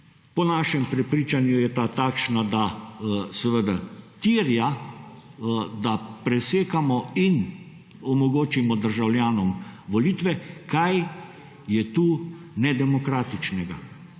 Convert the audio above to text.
Po našem prepričanju je ta takšna, da terja, da presekamo in omogočimo državljanom volitve. Kaj je tu nedemokratičnega?